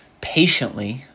patiently